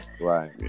right